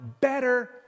better